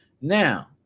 now